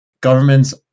governments